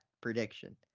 prediction